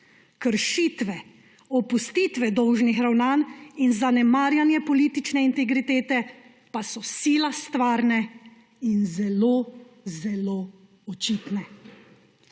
Kršitve, opustitve dolžnih ravnanj in zanemarjanje politične integritete pa so sila stvarne in zelo zelo očitne.